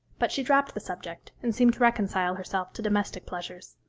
but she dropped the subject, and seemed to reconcile herself to domestic pleasures.